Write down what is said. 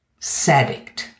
Sadict